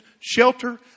shelter